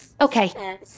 Okay